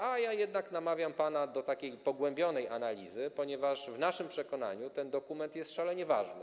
A ja jednak namawiam pana do takiej pogłębionej analizy, ponieważ w naszym przekonaniu ten dokument jest szalenie ważny.